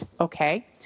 okay